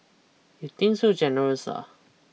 you think so generous ah